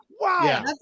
Wow